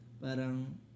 Parang